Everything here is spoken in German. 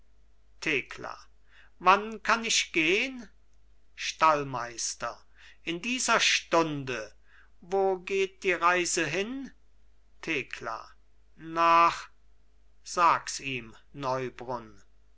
thekla wann kann ich gehn stallmeister in dieser stunde wo geht die reise hin thekla nach sags ihm neubrunn